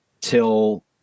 till